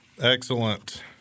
Excellent